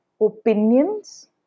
opinions